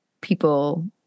people